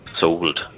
sold